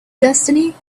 destiny